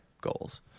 goals